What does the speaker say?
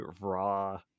raw